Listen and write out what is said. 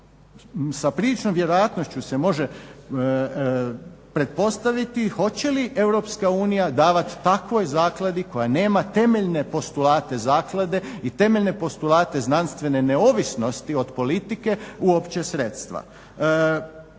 sa priličnom vjerojatnošću se može pretpostaviti hoće li EU davati takvoj zakladi koja nema temeljne postulate zaklade i temeljne postulate znanstvene neovisnosti od politike uopće sredstva.